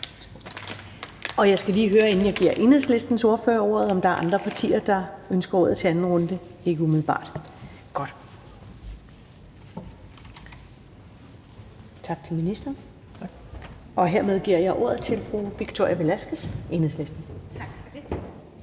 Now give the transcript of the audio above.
og jeg skal lige høre, inden jeg giver Enhedslistens ordfører ordet, om der er andre partier, der ønsker ordet til anden runde. Ikke umiddelbart. Godt. Og hermed giver jeg ordet til fru Victoria Velasquez, Enhedslisten. Kl.